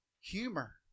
humor